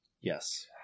Yes